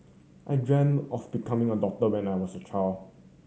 I dreamt of becoming a doctor when I was a child